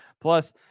Plus